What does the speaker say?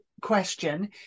question